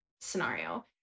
scenario